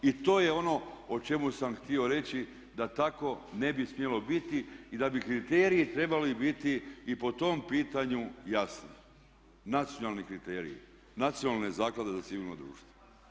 I to je ono o čemu sam htio reći da tako ne bi smjelo biti i da bi kriteriji trebali biti i po tom pitanju jasni, nacionalni kriteriji Nacionalne zaklade za civilno društvo.